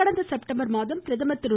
கடந்த செப்டம்பர் மாதம் பிரதமர் திரு